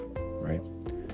right